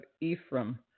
Ephraim